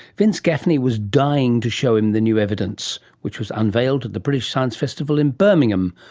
vince gaffney was dying to show him the new evidence, which was unveiled at the british science festival in birmingham,